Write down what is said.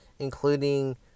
including